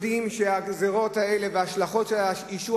יודעים שהגזירות האלה וההשלכות של אישור